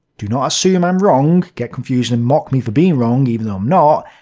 do not assume i'm wrong, get confused and mock me for being wrong, even though i'm not.